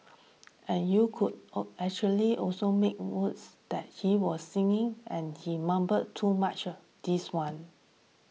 and you could actually also make words that he was singing and he mumble too much this one